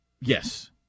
yes